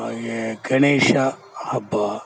ಹಾಗೇ ಗಣೇಶ ಹಬ್ಬ